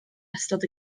ystod